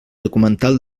documental